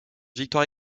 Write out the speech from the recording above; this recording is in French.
victoire